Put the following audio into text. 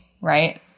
Right